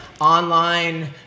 online